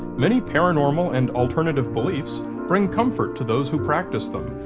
many paranormal and alternative beliefs bring comfort to those who practice them,